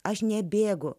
aš nebėgu